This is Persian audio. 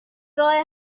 راه